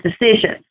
decisions